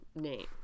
Name